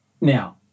Now